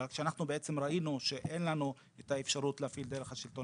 אבל כשראינו שאין לנו את האפשרות להפעיל דרך השלטון